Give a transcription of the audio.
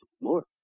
more